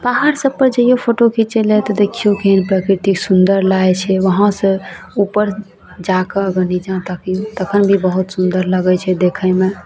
पहाड़ सब पर जैयौ फोटो खिचै लए तऽ देखियौ केहन प्रकृति सुन्दर लागै छै वहाँ से उपर जाकऽ अगर निच्चाँ तकियौ तखन भी बहुत सुन्दर लगै छै देखैमे